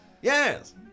Yes